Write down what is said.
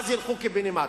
אז ילכו קיבינימט.